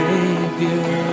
Savior